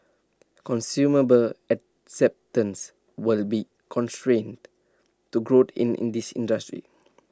consumable acceptance will be constraint to growth in in this industry